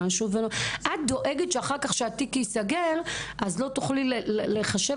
את דואגת שאחר כך כשהתיק ייסגר, אז לא תוכלי לחשב?